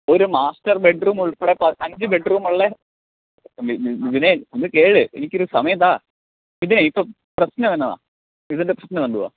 ഒരു master bedroom ഉൾപ്പെടെ ഇപ്പം അഞ്ച് ബെഡ്റൂം ഉള്ള മിഥുനേ ഒന്ന് കേൾക്ക് എനിക്കൊരു സമയം താ മിഥുനേ ഇപ്പം പ്രശ്നം എന്താണ് മിഥുൻ്റെ പ്രശ്നം എന്തുവാ